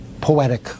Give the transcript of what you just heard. poetic